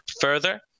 Further